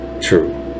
true